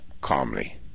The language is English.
calmly